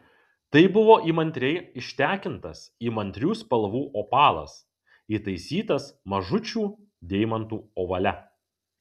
tai buvo įmantriai ištekintas įmantrių spalvų opalas įtaisytas mažučių deimantų ovale